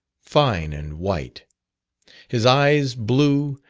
fine and white his eyes blue,